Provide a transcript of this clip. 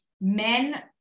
Men